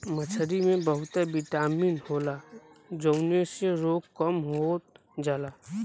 मछरी में बहुत बिटामिन होला जउने से रोग कम होत जाला